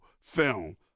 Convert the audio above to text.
film